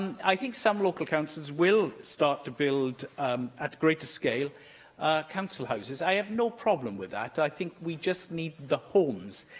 i think some local councils will start to build at greater scale council houses. i have no problem with that i think we just need the homes.